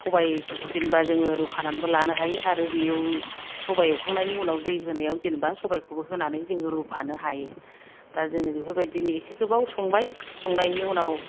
सबायफोरखौ जेन'बा जोङो रुखानानैबो लानो हायो आरो बेयाव सबाय एवखांनायनि उनाव दै होनायाव जेन'बा सबायखौबो होनानै जों रुफानो हायो दा जोङो बेफोर बादिनो एसे गोबाव संबाय संनायनि उनाव